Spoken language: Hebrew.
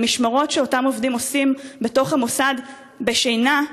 המשמרות שאותם עובדים עושים בתוך המוסד בשינה,